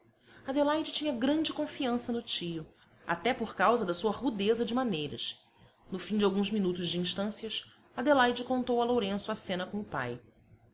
adelaide tinha grande confiança no tio até por causa da sua rudeza de maneiras no fim de alguns minutos de instâncias adelaide contou a lourenço a cena com o pai